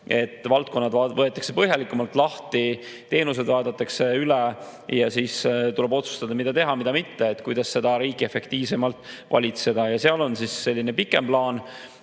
et valdkonnad võetakse põhjalikumalt lahti, teenused vaadatakse üle ja siis tuleb otsustada, mida teha, mida mitte, et riiki efektiivsemalt valitseda. Ja seal on selline pikem plaan,